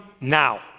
now